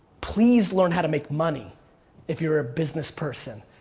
please learn how to make money if you're a business person.